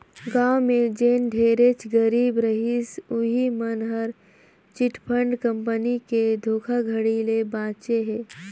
गाँव में जेन ढेरेच गरीब रहिस उहीं मन हर चिटफंड कंपनी के धोखाघड़ी ले बाचे हे